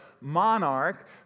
monarch